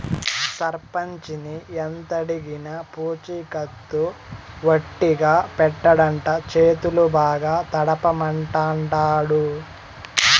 సర్పంచిని ఎంతడిగినా పూచికత్తు ఒట్టిగా పెట్టడంట, చేతులు బాగా తడపమంటాండాడు